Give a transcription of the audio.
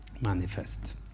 manifest